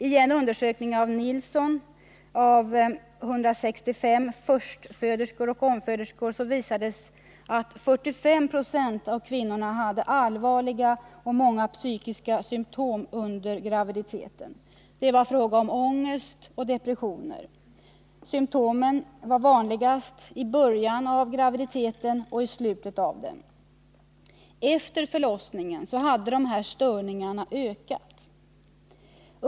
I en undersökning av Nilsson av 165 förstföderskor och omföderskor visades att 45 26 av kvinnorna hade allvarliga och många psykiska symtom under graviditeten. Det var fråga om ångest och depressioner. Symtomen var vanligast i början av graviditeten och i slutet av den. Efter förlossningen hade dessa störningar ökat.